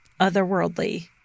otherworldly